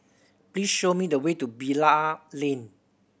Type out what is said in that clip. please show me the way to Bilal Lane